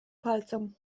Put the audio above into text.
palcom